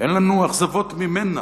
אין לנו אכזבות ממנה,